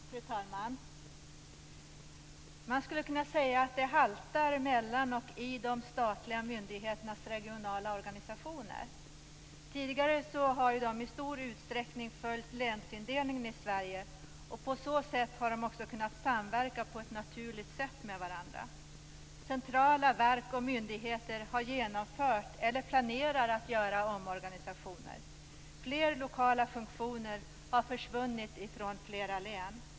Fru talman! Man skulle kunna säga att det haltar mellan och i de statliga myndigheternas regionala organisationer. Tidigare har de i stor utsträckning följt länsindelningen i Sverige. På så sätt har de också kunnat samverka på ett naturligt sätt med varandra. Centrala verk och myndigheter har genomfört eller planerar att göra omorganisationer. Flera lokala funktioner har försvunnit från flera län.